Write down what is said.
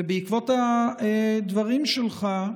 ובעקבות הדברים שלך,